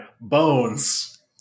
bones